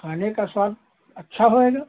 खाने का स्वाद अच्छा होगा